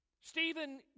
Stephen